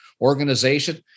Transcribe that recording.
organization